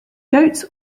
goats